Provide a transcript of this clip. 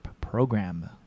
Program